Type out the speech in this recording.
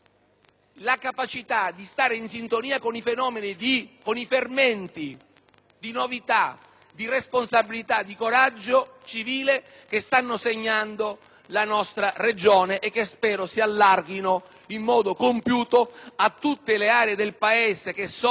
di novità, di responsabilità, di coraggio civile che stanno segnando la nostra Regione e che spero si allarghino in modo compiuto a tutte le aree del Paese infiltrate in modo insopportabile dalla criminalità organizzata,